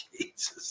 jesus